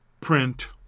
print